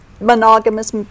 monogamous